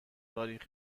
تاریخ